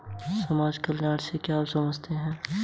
हम मंडी में अधिक रेट पर टमाटर कैसे बेचें?